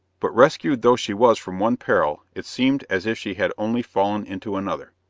but rescued though she was from one peril, it seemed as if she had only fallen into another.